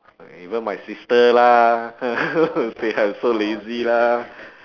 even my sister lah they have so lazy lah